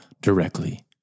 directly